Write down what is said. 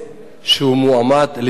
שהוא מועמד להיכרת,